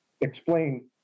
explain